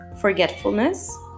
forgetfulness